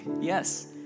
Yes